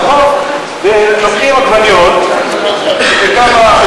נכון, לוקחים עגבניות וכמה,